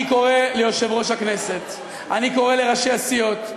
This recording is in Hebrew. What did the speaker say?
אני קורא ליושב-ראש הכנסת, אני קורא לראשי הסיעות,